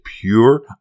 pure